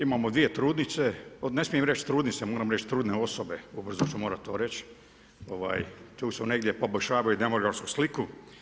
Imamo dvije trudnice, ne smijem reći trudnice, moram reći trudne osobe ubrzo ću to morati reć, tu negdje poboljšavaju demografsku sliku.